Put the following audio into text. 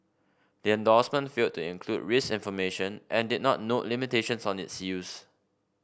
the endorsement failed to include risk information and did not note limitations on its use